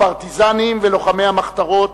הפרטיזנים ולוחמי המחתרות,